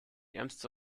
ärmste